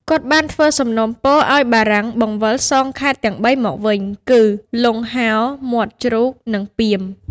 គាត់បានធ្វើសំណូមពរឱ្យបារាំងបង្វិលសងខេត្តទាំងបីមកវិញ គឺលង់ហោរ មាត់ជ្រូក និងពាម។